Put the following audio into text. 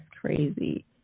crazy